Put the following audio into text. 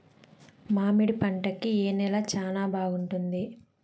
మామిడి పంట కి ఏ నేల చానా బాగుంటుంది